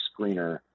screener